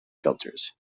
filters